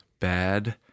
bad